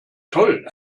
toll